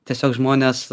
tiesiog žmonės